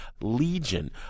legion